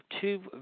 two